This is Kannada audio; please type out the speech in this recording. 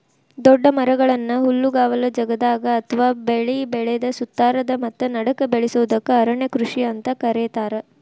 ದೊಡ್ಡ ಮರಗಳನ್ನ ಹುಲ್ಲುಗಾವಲ ಜಗದಾಗ ಅತ್ವಾ ಬೆಳಿ ಬೆಳದ ಸುತ್ತಾರದ ಮತ್ತ ನಡಕ್ಕ ಬೆಳಸೋದಕ್ಕ ಅರಣ್ಯ ಕೃಷಿ ಅಂತ ಕರೇತಾರ